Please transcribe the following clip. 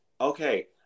Okay